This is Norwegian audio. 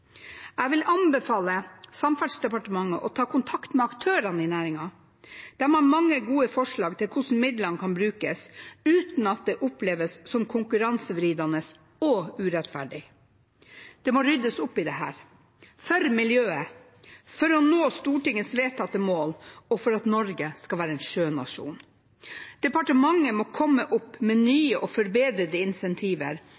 Jeg vil anbefale Samferdselsdepartementet å ta kontakt med aktørene i næringen. De har mange gode forslag til hvordan midlene kan brukes, uten at det oppleves som konkurransevridende og urettferdig. Det må ryddes opp i dette – for miljøet, for å nå Stortingets vedtatte mål og for at Norge skal være en sjønasjon. Departementet må komme opp med